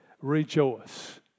Rejoice